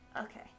Okay